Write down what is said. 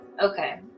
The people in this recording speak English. okay